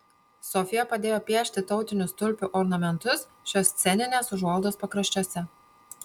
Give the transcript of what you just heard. sofija padėjo piešti tautinius tulpių ornamentus šios sceninės užuolaidos pakraščiuose